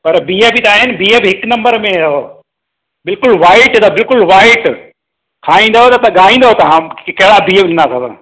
पर बिह बि त आहिनि बिह बि हिकु नम्बर में अथव बिल्कुल वाईट अथव बिल्कुल वाईट खाईंदव त ॻाईंदव तव्हां त कहिंड़ा बिह ॾिना तव